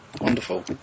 Wonderful